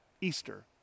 Easter